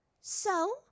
So